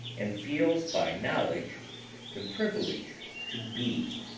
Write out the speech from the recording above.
and feels by knowledge the privilege to be!